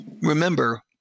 remember